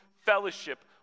fellowship